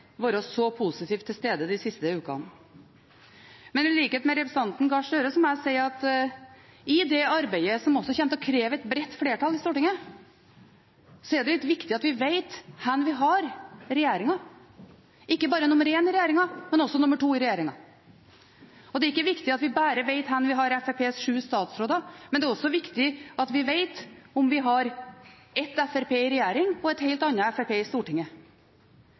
vært så positivt til stede de siste ukene. Men i likhet med representanten Gahr Støre må jeg si at i det arbeidet som også kommer til å kreve et bredt flertall i Stortinget, er det viktig at vi vet hvor vi har regjeringen, ikke bare nr. 1 i regjeringen, men også nr. 2 i regjeringen. Det er ikke viktig at vi bare vet hvor vi har Fremskrittspartiets sju statsråder, men det er viktig at vi vet om vi har et Fremskrittsparti i regjering og et helt annet Fremskrittsparti i Stortinget,